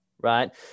Right